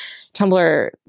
Tumblr